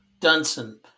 Dunson